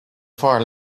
far